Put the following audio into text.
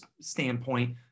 standpoint